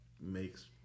makes